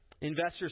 Investors